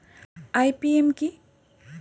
IPM কি?